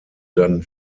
dann